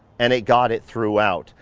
and it got it throughout.